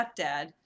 stepdad